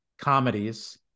comedies